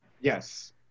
Yes